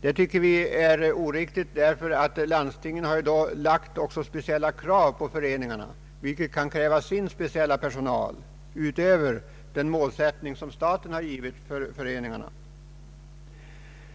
Det är enligt vår mening oriktigt, därför att landstingen i dag också har ställt speciella krav på föreningarna, vilket kan fordra speciell personal utöver den som behövs för att uppfylla den målsättning staten har satt upp för föreningarna.